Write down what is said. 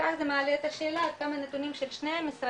וכאן זה מעלה את השאלה עד כמה נתונים של שני המשרדים,